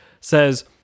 says